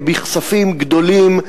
בכספים גדולים,